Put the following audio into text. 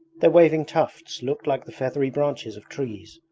their waving tufts looked like the feathery branches of trees.